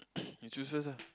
you choose first ah